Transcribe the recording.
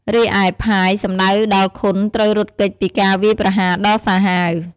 រីឯ ផាយ សំដៅដល់ខុនត្រូវរត់គេចពីការវាយប្រហារដ៏សាហាវ។